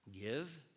Give